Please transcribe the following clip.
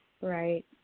Right